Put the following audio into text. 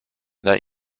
that